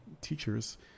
teachers